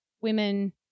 women